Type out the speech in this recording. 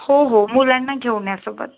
हो हो मुलांना घेऊन या सोबत